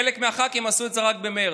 חלק מהח"כים עשו את זה רק במרץ.